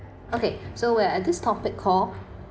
okay so we're at this topic called